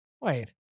Wait